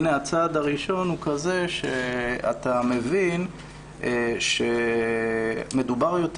הנה, הצעד הראשון הוא כזה שאתה מבין שמדובר יותר